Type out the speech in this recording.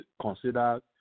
consider